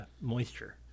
moisture